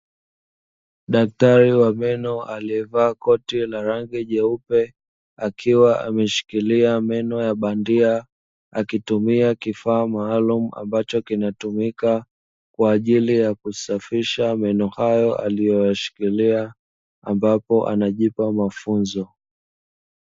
Daktari wa meno aliyevaa koti la rangi jeupe akiwa ameshikilia meno ya bandia, akitumia kifaa maalumu ambacho kinatumika kwa ajili ya kusafisha meno hayo aliyo yashikilia ambapo anajipa mafunzo.